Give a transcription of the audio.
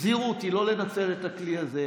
הזהירו אותי לא לנצל את הכלי הזה,